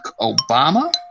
Obama